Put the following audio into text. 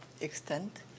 extent